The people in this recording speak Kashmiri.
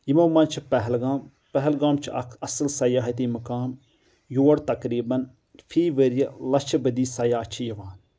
یِمو منٛز چھِ پہلگام پہلگام چھُ اکھ اصٕل سَیٲحتی مُقام یور تقریٖبن فی ؤرۍ یہِ لچھ بٔدی سیاح چھِ یِوان